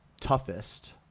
toughest